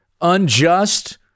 unjust